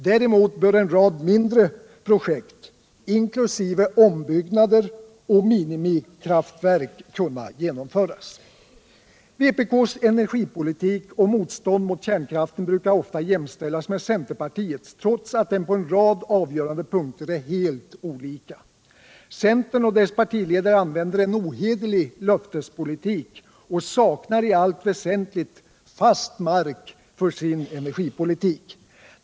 Däremot bör ett antal mindre projekt, inkl. ombyggnader och minimikraftverk, kunna genomföras. Vpk:s energipolitik och motstånd mot kärnkraften brukar ofta jämställas med centerpartiets, trots att vår politik på en rad avgörande punkter är helt olika. Centern och dess partiledare använder en ohederlig löftespolitik och saknar i allt väsentligt fast mark för sin energipolitik.